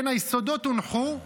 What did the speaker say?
כן, היסודות הונחו,